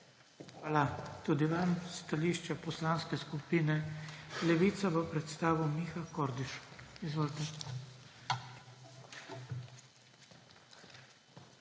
Hvala tudi vam. Stališče Poslanske skupine Levica bo predstavil Miha Kordiš. Izvolite.